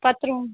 பத்து ருவா